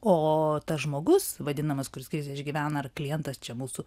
o tas žmogus vadinamas kuris krizę išgyvena ar klientas čia mūsų